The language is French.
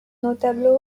notables